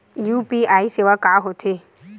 UPI सेवा का होथे?